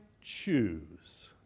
choose